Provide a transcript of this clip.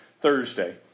Thursday